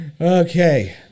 Okay